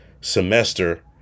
semester